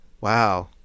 Wow